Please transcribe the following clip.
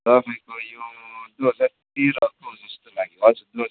तपाईँको यो दुई हजार तेह्रको जस्तो लाग्यो हजुर दुई हजार तेह्र